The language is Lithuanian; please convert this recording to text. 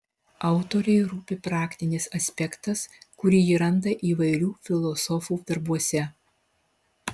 autorei rūpi praktinis aspektas kurį ji randa įvairių filosofų darbuose